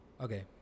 Okay